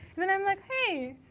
then i'm like, hey,